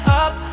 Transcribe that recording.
up